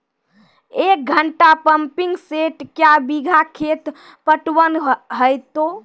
एक घंटा pumping set क्या बीघा खेत पटवन है तो?